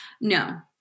No